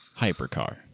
hypercar